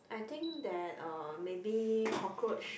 I think that uh maybe cockroach